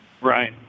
Right